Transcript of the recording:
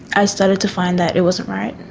i started to find that it wasn't right.